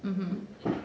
mmhmm